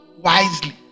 wisely